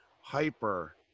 Hyper